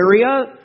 area